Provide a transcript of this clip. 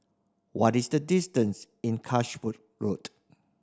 what is the distance in Road